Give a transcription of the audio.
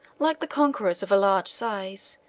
like the conquerors of a larger size,